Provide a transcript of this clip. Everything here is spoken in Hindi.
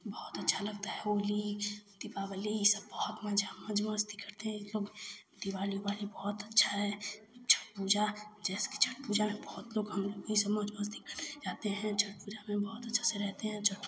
बहुत अच्छी लगती है होली दीपावली यह सब बहुत मज़ा मौज़ मस्ती करते हैं यह सब दिवाली उवाली बहुत अच्छी है छठ पूजा जैसे छठ पूजा में बहुत लोग हम भी सब मौज़ मस्ती करके जाते हैं छठ पूजा में बहुत अच्छे से रहते हैं जब